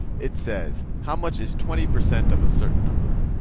it says, how much is twenty percent of a certain number?